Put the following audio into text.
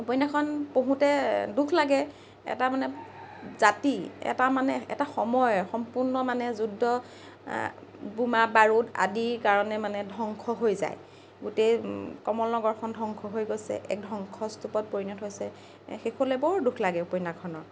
উপন্যাসখন পঢ়োঁতে দুখ লাগে এটা মানে জাতি এটা মানে এটা সময় সম্পূৰ্ণ মানে যুদ্ধ বোমা বাৰুদ আদিৰ কাৰণে মানে ধ্বংস হৈ যায় গোটেই কমলনগৰখন ধ্বংস হৈ গৈছে এক ধ্বংসস্তুপত পৰিণত হৈছে শেষলৈ বৰ দুখ লাগে উপন্যাসকনৰ